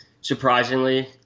surprisingly